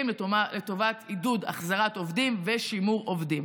לטובת עידוד החזרת עובדים ושימור עובדים.